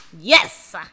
yes